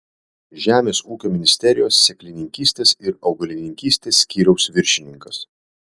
žemės ūkio ministerijos sėklininkystės ir augalininkystės skyriaus viršininkas